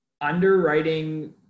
underwriting